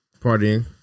Partying